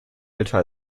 älter